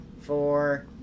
four